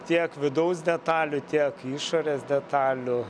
tiek vidaus detalių tiek išorės detalių